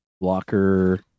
blocker